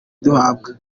duhabwa